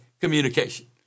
communication